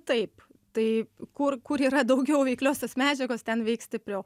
taip tai kur kur yra daugiau veikliosios medžiagos ten veiks stipriau